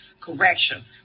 correction